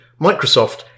Microsoft